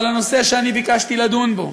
אבל הנושא שאני ביקשתי לדון בו